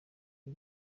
ibi